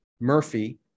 Murphy